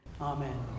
Amen